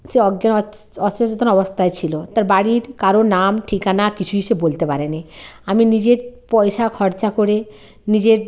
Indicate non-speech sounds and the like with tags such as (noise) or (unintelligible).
সে অজ্ঞা (unintelligible) অসচেতন অবস্তায় ছিল তার বাড়ির কারোর নাম ঠিকানা কিছুই সে বলতে পারে নি আমি নিজের পয়সা খরচা করে নিজের